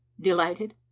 delighted